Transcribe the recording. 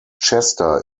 chester